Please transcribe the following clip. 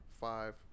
five